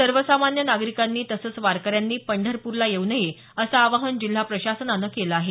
सर्वसामान्य नागरिकांनी तसंच वारकऱ्यांनी पंढरपूरला येऊ नये असं आवाहन जिल्हा प्रशासनानं केलं आहे